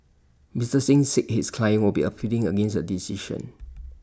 Mister Singh said his client would be appealing against the decision